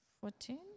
fourteen